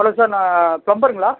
hello sir நான் ப்ளம்பருங்களா